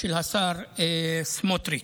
של השר סמוטריץ'.